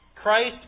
Christ